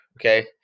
okay